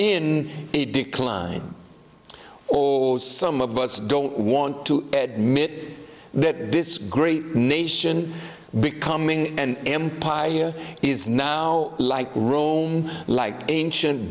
the decline or as some of us don't want to admit that this great nation becoming an empire he's now like room like ancient